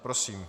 Prosím.